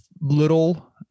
little